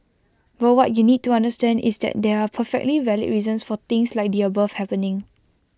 but what you need to understand is that there are perfectly valid reasons for things like the above happening